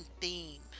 theme